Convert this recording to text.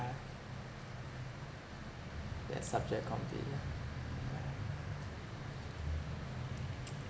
that subject combi yeah